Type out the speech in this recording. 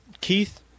Keith